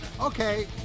Okay